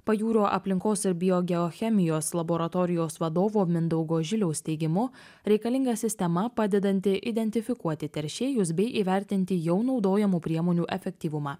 pajūrio aplinkos ir biogeochemijos laboratorijos vadovo mindaugo žiliaus teigimu reikalinga sistema padedanti identifikuoti teršėjus bei įvertinti jau naudojamų priemonių efektyvumą